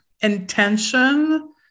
intention